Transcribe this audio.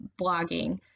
blogging